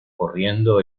corriendo